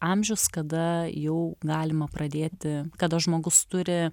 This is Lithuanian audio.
amžius kada jau galima pradėti kada žmogus turi